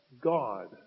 God